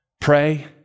pray